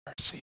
mercy